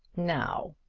now,